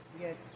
yes